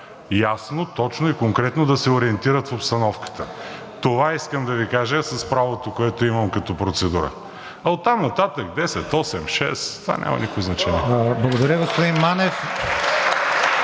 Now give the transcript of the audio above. ясно, точно и конкретно да се ориентират в обстановката. Това искам да Ви кажа с правото, което имам като процедура – оттам нататък 10, 8, 6 – това няма никакво значение.